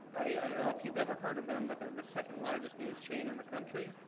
i don't know if you've ever heard of them but they're the second largest news chain in the country.